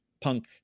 punk